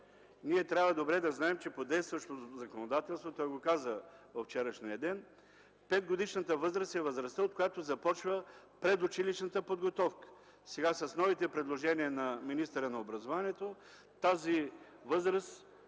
ние трябва добре да знаем, че по действащото законодателство – той го каза във вчерашния ден, 5-годишната възраст е тази, от която започва предучилищната подготовка. Сега с новите предложения на министъра на образованието тази възраст